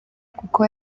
kuko